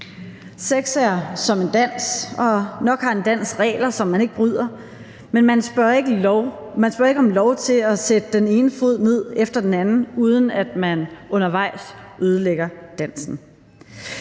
Sex er som en dans, og nok har en dans regler, som man ikke bryder, men man spørger ikke om lov til at sætte den ene fod ned efter den anden, uden at man undervejs ødelægger dansen.